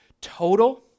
total